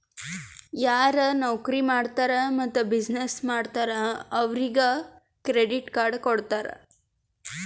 ಯಾರು ನೌಕರಿ ಮಾಡ್ತಾರ್ ಮತ್ತ ಬಿಸಿನ್ನೆಸ್ ಮಾಡ್ತಾರ್ ಅವ್ರಿಗ ಕ್ರೆಡಿಟ್ ಕಾರ್ಡ್ ಕೊಡ್ತಾರ್